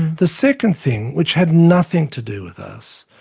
the second thing, which had nothing to do with us,